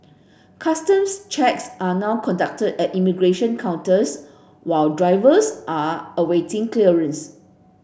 customs checks are now conducted at immigration counters while drivers are awaiting clearance